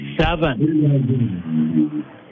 seven